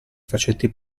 facenti